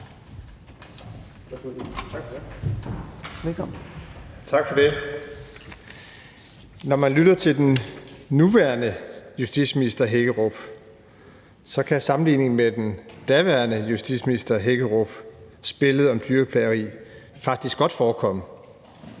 Tak for det. Når man lytter til den nuværende justitsminister Hækkerup, kan sammenligningen med den daværende justitsminister Hækkerup og billedet om dyrplageri faktisk godt forekomme,